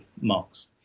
marks